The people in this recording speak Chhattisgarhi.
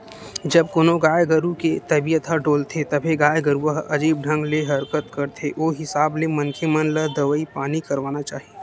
जब कोनो गाय गरु के तबीयत ह डोलथे तभे गाय गरुवा ह अजीब ढंग ले हरकत करथे ओ हिसाब ले मनखे मन ल दवई पानी करवाना चाही